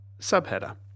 subheader